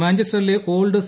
മാഞ്ചസ്റ്ററിലെ old C